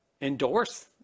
endorse